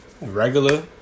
regular